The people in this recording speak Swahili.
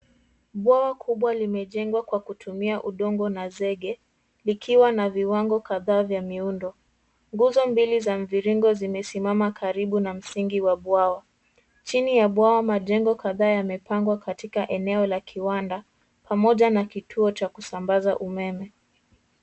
Bwawa kubwa limejengwa kwa kutumia udongo na zege likiwa na viwango kadhaa za miundo. Nguzo mbili za mviringo zimesimama karibu na msingi wa bwawa. Chini ya bwawa majengo kadhaa yamepangwa katika eneo la kiwanda pamoja na kituo cha kusambaza umeme.